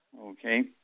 okay